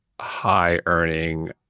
high-earning